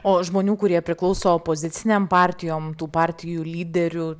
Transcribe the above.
o žmonių kurie priklauso opozicinėm partijom tų partijų lyderių